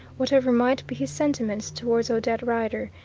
whatever might be his sentiments towards odette rider,